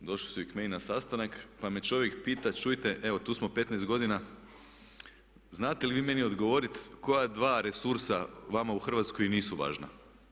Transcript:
Došli su k meni na sastanak pa me čovjek pita čujte evo tu smo 15 godina znate li vi meni odgovoriti koja dva resursa vama u Hrvatskoj nisu važna?